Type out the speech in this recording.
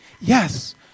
yes